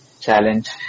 challenge